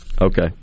Okay